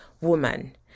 woman